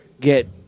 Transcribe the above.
get